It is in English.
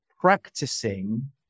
practicing